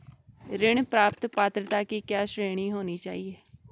ऋण प्राप्त पात्रता की क्या श्रेणी होनी चाहिए?